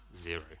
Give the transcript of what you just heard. zero